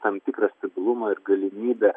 tam tikrą stabilumą ir galimybę